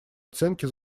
оценке